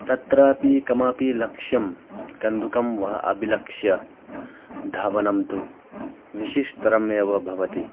तत्रापि कमापि लक्ष्यं कन्दुकं वा अभिलक्ष्य धावनं तु विशिष्तरम् एव भवति